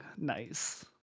Nice